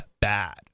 bad